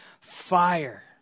fire